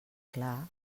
clar